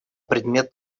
предмет